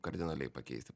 kardinaliai pakeisti